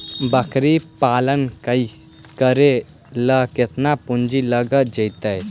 बकरी पालन करे ल केतना पुंजी लग जितै?